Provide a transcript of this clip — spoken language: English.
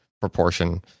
proportion